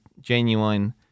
genuine